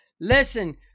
Listen